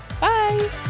bye